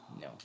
No